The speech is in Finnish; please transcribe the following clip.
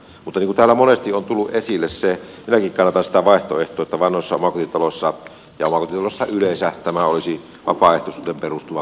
mutta minäkin kannatan sitä vaihtoehtoa mikä täällä monesti on tullut esille että vanhoissa omakotitaloissa ja omakotitaloissa yleensä tämä koko energiatodistus olisi vapaaehtoisuuteen perustuva